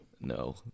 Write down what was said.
No